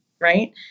right